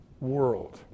world